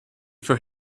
for